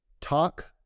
talk